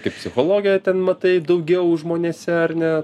kaip psichologiją ten matai daugiau žmonėse ar ne